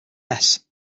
mess